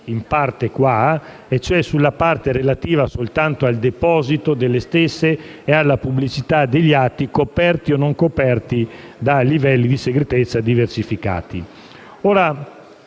intercettazioni, e cioè su quella relativa al deposito delle stesse e alla pubblicità degli atti coperti o non coperti da livelli di segretezza diversificati.